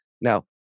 now